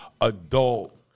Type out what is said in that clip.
adult